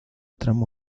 tramo